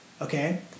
okay